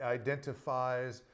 identifies